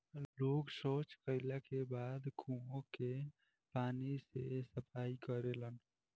लोग सॉच कैला के बाद कुओं के पानी से सफाई करेलन